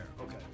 Okay